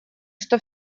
что